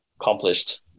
accomplished